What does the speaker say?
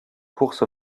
course